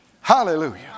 Hallelujah